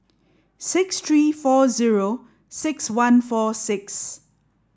six three four zero six one four six